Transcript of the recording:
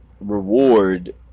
reward